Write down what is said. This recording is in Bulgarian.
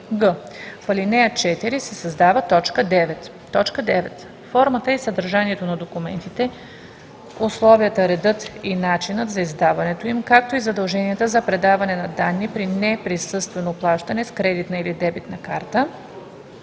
в ал. 4 се създава т. 9: „9. формата и съдържанието на документите, условията, редът и начинът за издаването им, както и задълженията за предаване на данни при неприсъствено плащане с кредитна или дебитна карта.“;